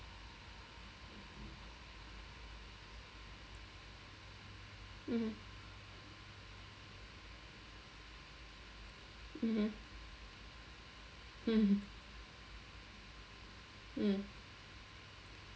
mmhmm mmhmm mm mm